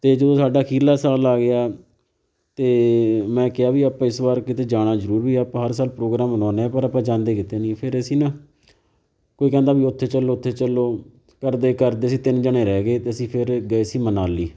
ਅਤੇ ਜਦੋਂ ਸਾਡਾ ਅਖੀਰਲਾ ਸਾਲ ਆ ਗਿਆ ਅਤੇ ਮੈਂ ਕਿਹਾ ਵੀ ਆਪਾਂ ਇਸ ਵਾਰ ਕਿਤੇ ਜਾਣਾ ਜ਼ਰੂਰ ਵੀ ਆਪਾਂ ਹਰ ਸਾਲ ਪ੍ਰੋਗਰਾਮ ਬਣਾਉਂਦੇ ਹਾਂ ਪਰ ਆਪਾਂ ਜਾਂਦੇ ਕਿਤੇ ਨਹੀਂ ਫਿਰ ਅਸੀਂ ਨਾ ਕੋਈ ਕਹਿੰਦਾ ਵੀ ਉੱਥੇ ਚਲੋ ਉੱਥੇ ਚਲੋ ਕਰਦੇ ਕਰਦੇ ਅਸੀਂ ਤਿੰਨ ਜਣੇ ਰਹਿ ਗਏ ਅਤੇ ਅਸੀਂ ਫਿਰ ਗਏ ਸੀ ਮਨਾਲੀ